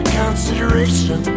consideration